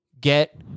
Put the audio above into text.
Get